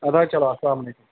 اَدٕ حظ چلو السلامُ علیکُم